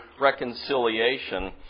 reconciliation